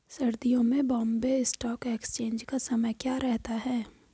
सर्दियों में Bombay stock exchange का समय क्या रहता है?